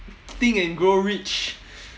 think and grow rich